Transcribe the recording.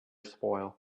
spoil